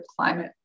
climate